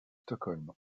stockholm